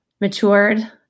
matured